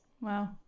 Wow